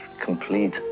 complete